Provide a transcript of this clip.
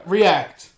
React